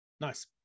Nice